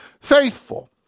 faithful